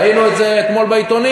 ראינו את זה אתמול בעיתונים.